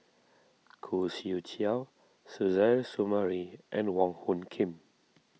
Khoo Swee Chiow Suzairhe Sumari and Wong Hung Khim